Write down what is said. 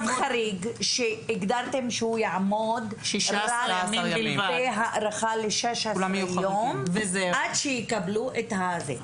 חריג שהגדרתם שהוא יעמוד רק בהארכה ל-16 יום עד שיקבלו את ---.